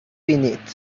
بینید